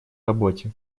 работе